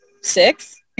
six